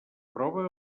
prova